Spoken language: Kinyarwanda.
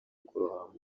kurohama